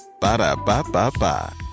Ba-da-ba-ba-ba